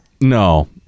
No